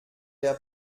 der